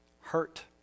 hurt